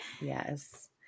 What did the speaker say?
yes